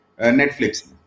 Netflix